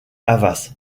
havas